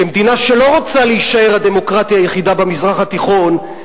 כמדינה שלא רוצה להישאר הדמוקרטיה היחידה במזרח התיכון,